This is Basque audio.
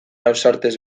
ausartez